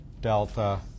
delta